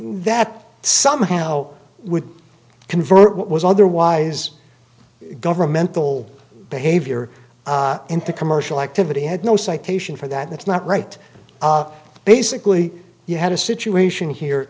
that somehow would convert what was otherwise governmental behavior into commercial activity had no citation for that that's not right basically you had a situation here